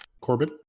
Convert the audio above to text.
Corbin